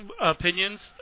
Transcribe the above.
opinions